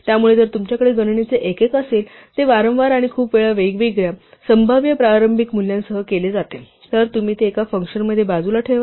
त्यामुळे जर तुमच्याकडे गणनेचे एकक असेल जे वारंवार आणि खूप वेळा वेगवेगळ्या संभाव्य प्रारंभिक मूल्यांसह केले जाते तर तुम्ही ते एका फंक्शनमध्ये बाजूला ठेवावे